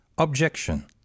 Objection